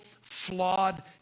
flawed